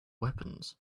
weapons